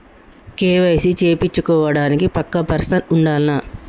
KYC చేపిచ్చుకోవడానికి పక్కా person ఉండాల్నా?